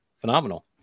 phenomenal